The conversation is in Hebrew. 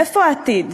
איפה העתיד?